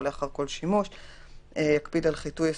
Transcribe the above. ואם הציג מסמך כאמור בתקנה 8ב(ג)(1) לאחר סריקת